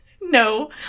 No